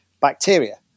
bacteria